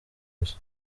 gusa